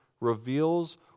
reveals